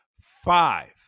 Five